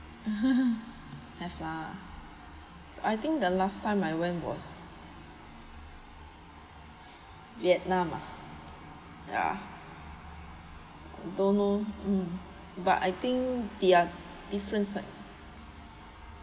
have ah I think the last time I went was vietnam ah ya I don't know mm but I think there're different side